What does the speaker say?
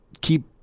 keep